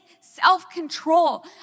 self-control